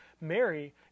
Mary